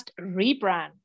rebrand